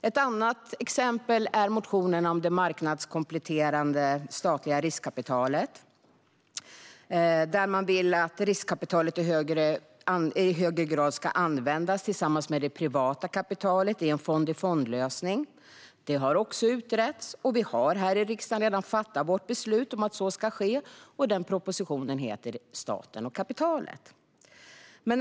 Ett annat exempel är motioner om att det statliga marknadskompletterande riskkapitalet i högre grad ska användas tillsammans med det privata kapitalet i en fond-i-fond-lösning. Det har utretts, och vi här i riksdagen har redan fattat beslut om propositionen Staten och kapitalet om att så ska ske .